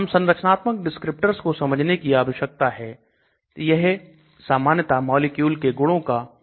हमें संरचनात्मक डिस्क्रिप्टर्स को समझने की आवश्यकता है यह सामान्यता मॉलिक्यूल के गुणों का वर्णन करते हैं